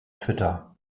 twitter